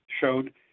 showed